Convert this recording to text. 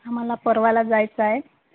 आम्हाला परवाला जायचं आहे